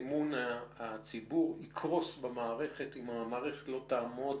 אמון הציבור יקרוס אם המערכת לא תעמוד